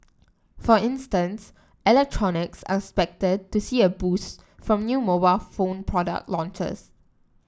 for instance electronics are expected to see a boost from new mobile phone product launches